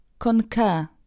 concur